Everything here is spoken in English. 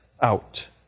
out